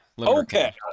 okay